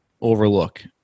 overlook